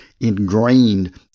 ingrained